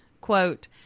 Quote